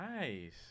Nice